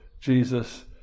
Jesus